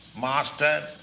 master